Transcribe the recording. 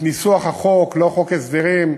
ניסוח החוק, לא חוק הסדרים.